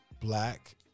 black